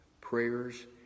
prayers